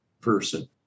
person